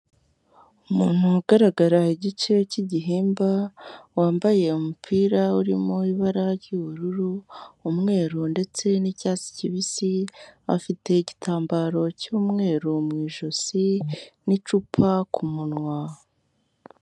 Umuntu ugaragara igice cy'igihimba wambaye umupira urimo ibara ry'ubururu, umweru ndetse n'icyatsi kibisi, afite igitambaro cy'umweru mu ijosi n'icupa ku munwa.